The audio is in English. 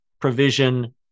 provision